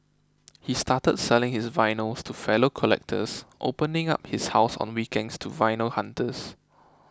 he started selling his vinyls to fellow collectors opening up his house on weekends to vinyl hunters